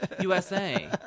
USA